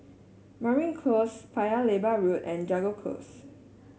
Mariam Close Paya Lebar Road and Jago Close